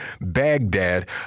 Baghdad